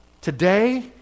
Today